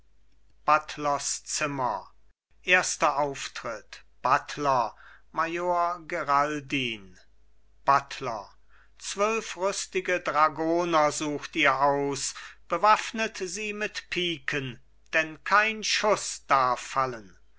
buttlers zimmer erster auftritt buttler major geraldin buttler zwölf rüstige dragoner sucht ihr aus bewaffnet sie mit piken denn kein schuß darf fallen